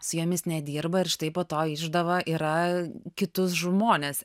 su jomis nedirba ir štai po to išdava yra kitus žmones